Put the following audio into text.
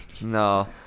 No